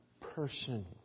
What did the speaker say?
person